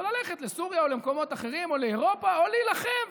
או ללכת לסוריה או למקומות אחרים או לאירופה או להילחם.